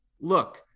look